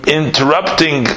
interrupting